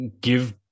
give